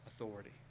authority